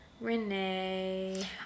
Renee